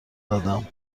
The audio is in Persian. دادم